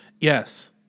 Yes